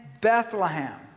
Bethlehem